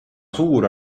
suur